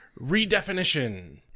Redefinition